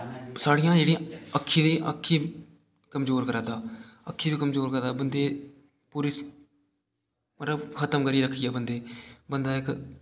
साढ़ियां जेह्ड़ियां अक्खी दी अक्खी कमजोर करै दा अक्खी बी कमजोर करै दा बन्दे पूरी मतलब खतम करियै रक्खी गेआ बन्दे गी बन्दे दा इक